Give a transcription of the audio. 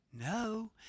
no